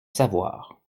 savoir